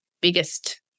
biggest